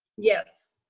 yes.